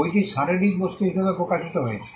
বইটি শারীরিক বস্তু হিসাবেও প্রকাশিত হয়েছে